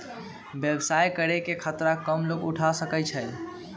व्यवसाय करे के खतरा कम लोग उठा सकै छै